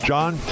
John